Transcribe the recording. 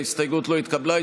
ההסתייגות לא התקבלה.